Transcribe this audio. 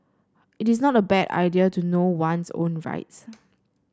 it is not a bad idea to know one's own rights